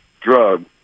drug